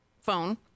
phone